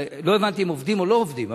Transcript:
לא הבנתי אם עובדים או לא עובדים,